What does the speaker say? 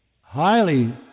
highly